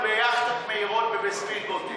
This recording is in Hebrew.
ביאכטות מהירות וב-speed boating,